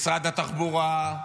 משרד התחבורה,